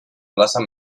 plaza